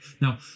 Now